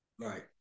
Right